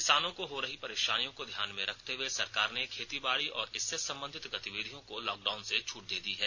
किसानों को हो रही परेशानियों को ध्यान में रखते हुए सरकार ने खेती बाड़ी और इससे संबंधित गतिविधियों को लॉकडाउन से छूट दे दी है